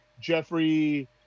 Jeffrey